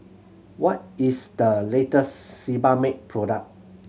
what is the latest Sebamed product